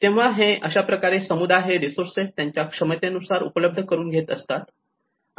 तेव्हा अशा प्रकारे समुदाय हे रिसोर्सेस त्यांच्या क्षमतेनुसार उपलब्ध करून घेत असतात